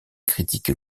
critiques